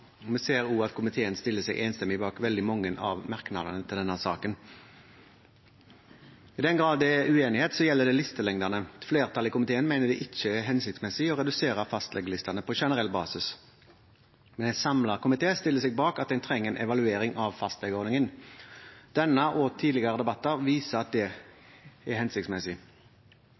og vi ser også at komiteen stiller seg enstemmig bak veldig mange av merknadene til denne saken. I den grad det er uenighet, gjelder det listelengdene. Flertallet i komiteen mener det ikke er hensiktsmessig å redusere fastlegelistene på generell basis, men en samlet komité stiller seg bak at en trenger en evaluering av fastlegeordningen. Denne og tidligere debatter viser at det er hensiktsmessig.